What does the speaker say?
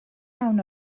iawn